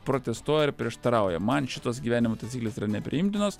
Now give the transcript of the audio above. protestuoja ir prieštarauja man šitos gyvenimo taisyklės yra nepriimtinos